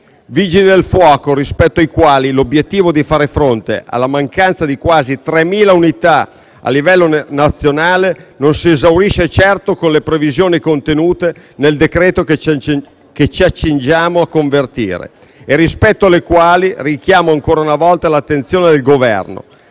Vigili del fuoco, l'obiettivo di far fronte alla mancanza di quasi 3.000 unità a livello nazionale non si esaurisce certo con le previsioni contenute nel decreto-legge che ci accingiamo a convertire e rispetto alle quali richiamo, ancora una volta, l'attenzione del Governo,